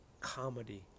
Comedy